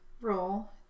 roll